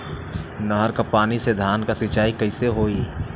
नहर क पानी से धान क सिंचाई कईसे होई?